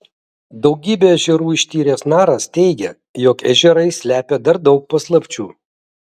daugybę ežerų ištyręs naras teigia jog ežerai slepia dar daug paslapčių